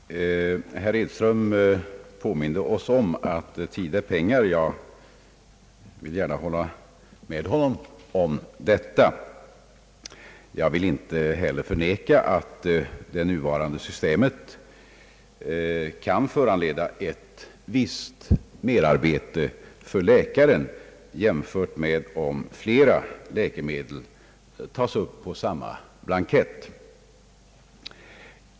Herr talman! Herr Edström påminde oss om att tid är pengar. Jag vill gärna hålla med honom om det. Jag vill heller inte förneka att det nuvarande systemet kan föranleda ett visst merarbete för läkaren, jämfört med om flera läkemedel tas upp på samma blankett.